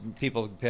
People